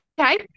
okay